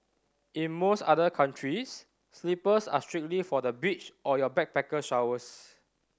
in most other countries slippers are strictly for the beach or your backpacker showers